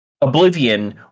Oblivion